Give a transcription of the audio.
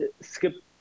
skip